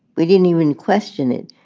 we didn't even question it.